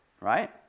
right